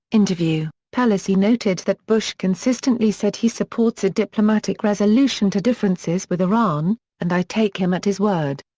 interview, pelosi noted that bush consistently said he supports a diplomatic resolution to differences with iran and i take him at his word.